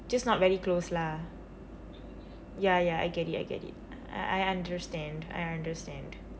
just not very close lah ya ya I get it I get it I I understand I understand